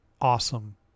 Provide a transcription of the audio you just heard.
awesome